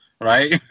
right